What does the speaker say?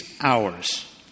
hours